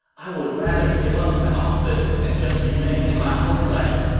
i would rather give up my office and just remain in my homeland.